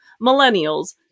millennials